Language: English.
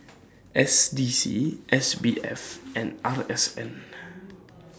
S D C S B F and R S N